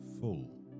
full